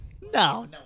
No